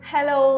Hello